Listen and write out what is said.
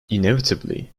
inevitably